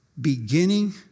beginning